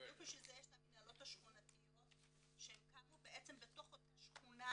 ובדיוק בשביל זה יש את המינהלות השכונתיות שקמו בתוך אותה שכונה,